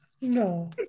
no